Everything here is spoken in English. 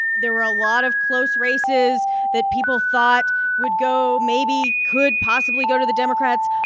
there were a lot of close races that people thought would go maybe could possibly go to the democrats.